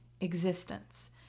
existence